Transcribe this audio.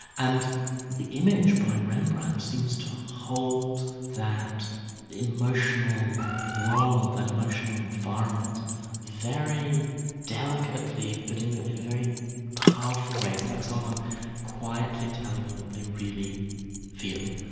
and the image by rembrandt seems to hold that emotional world, that emotional environment very delicately, but in ah a very powerful way. it's like someone quietly telling you what they really feel,